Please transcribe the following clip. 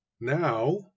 now